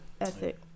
ethic